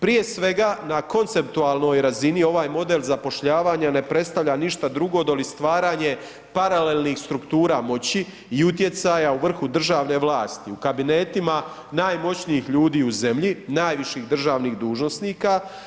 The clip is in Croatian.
Prije svega, na konceptualnoj razini ovaj model zapošljavanja ne predstavlja ništa drugo doli stvaranje paralelnih struktura moći i utjecaja u vrhu državne vlasti, u kabinetima najmoćnijih ljudi u zemlji, najviših državnih dužnosnika.